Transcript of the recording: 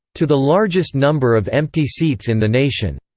to the largest number of empty seats in the nation.